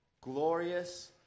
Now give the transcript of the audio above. glorious